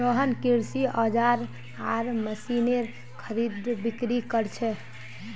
रोहन कृषि औजार आर मशीनेर खरीदबिक्री कर छे